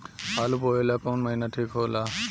आलू बोए ला कवन महीना ठीक हो ला?